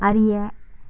அறிய